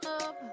up